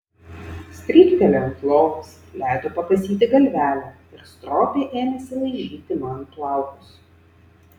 stryktelėjo ant lovos leido pakasyti galvelę ir stropiai ėmėsi laižyti man plaukus